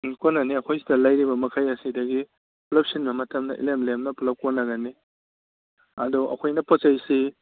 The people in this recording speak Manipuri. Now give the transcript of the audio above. ꯀꯣꯅꯅꯤ ꯑꯩꯈꯣꯏꯁꯤꯗ ꯂꯩꯔꯤꯕ ꯃꯈꯩ ꯑꯁꯤꯗꯒꯤ ꯄꯨꯜꯂꯞ ꯁꯤꯟꯕ ꯃꯇꯝꯗ ꯏꯂꯦꯝꯅ ꯂꯦꯝꯅ ꯄꯨꯜꯂꯞ ꯀꯣꯟꯅꯒꯅꯤ ꯑꯗꯣ ꯑꯩꯈꯣꯏꯅ ꯄꯣꯠꯆꯩꯁꯤ